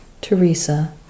Teresa